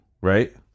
right